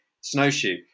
snowshoe